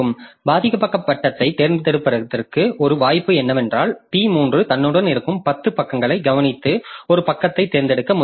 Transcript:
பாதிக்கப்பட்ட பக்கத்தைத் தேர்ந்தெடுப்பதற்கு ஒரு வாய்ப்பு என்னவென்றால் p3 தன்னுடன் இருக்கும் 10 பக்கங்களை கவனித்து ஒரு பக்கத்தைத் தேர்ந்தெடுக்க முயற்சிக்கவும்